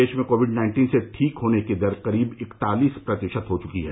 देश में Covid nineteen से ठीक होने की दर करीब इकतालीस प्रतिशत हो चुकी है